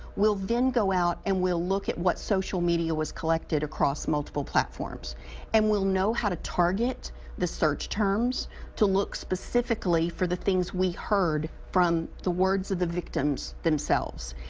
we'll then go out and we'll look at what social media was collected across multiple platforms and we'll know how to target the search terms to look specifically for the things we heard from the words of the vicitms themselves.